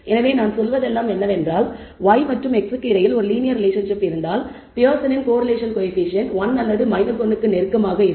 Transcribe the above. எனவே நாம் சொல்வதெல்லாம் என்னவென்றால் y மற்றும் x க்கு இடையில் ஒரு லீனியர் ரிலேஷன்ஷிப் இருந்தால் பியர்சனின் கோரிலேஷன் கோயபிசியன்ட் 1 அல்லது 1 க்கு நெருக்கமாக இருக்கும்